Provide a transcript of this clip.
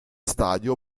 stadio